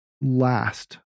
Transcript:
last